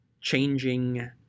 changing